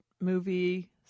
movie